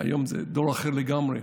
היום זה דור אחר לגמרי,